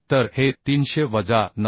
तर हे 300 वजा 9